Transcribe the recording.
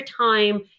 time